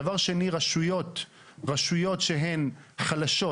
דבר שני, רשויות שהן חלשות.